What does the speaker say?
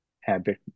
habit